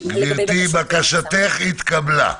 גברתי, בקשתך התקבלה.